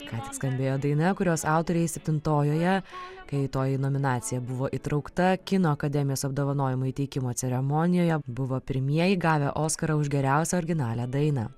ką tik skambėjo daina kurios autoriai septintojoje kai toji nominacija buvo įtraukta kino akademijos apdovanojimų įteikimo ceremonijoje buvo pirmieji gavę oskarą už geriausią originalią dainą